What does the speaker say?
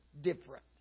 different